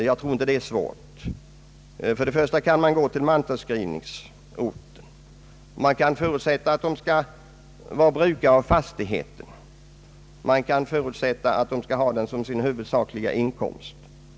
Jag tror inte att det är svårt. Man kan gå efter mantalsskrivningsorten, och man kan förutsätta att vederbörande skall vara brukare av fastigheten och ha den som sin huvudsakliga inkomst.